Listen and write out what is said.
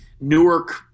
Newark